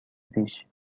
پیش